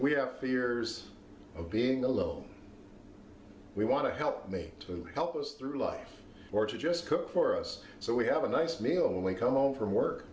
we have fears of being alone we want to help me to help us through life or to just cook for us so we have a nice meal when we come home from work